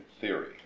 theory